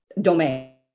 domain